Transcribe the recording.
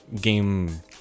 game